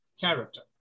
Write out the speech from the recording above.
character